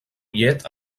llet